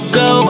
go